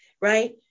Right